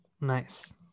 Nice